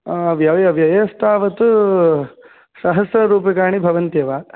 व्यव व्ययस्तावत् सहस्ररूप्यकाणि भवन्त्येव